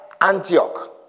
Antioch